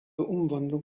umwandlung